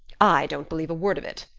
i don't believe a word of it.